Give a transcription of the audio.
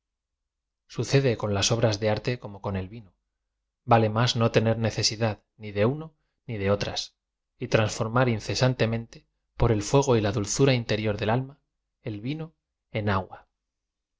sucede con las obras de arte como con el vino v a le más no tener necesidad ni de nno ni de las otras y transformar incesantemente por el fuego y la dulzu ra interior del alm a el vino en agua